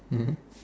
mmhmm